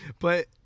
but-